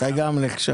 אתה גם נחשב.